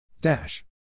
Dash